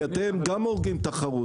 כי אתם גם הורגים תחרות.